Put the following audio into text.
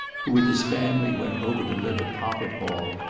who with his family went over to live at hoppet hall,